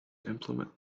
implement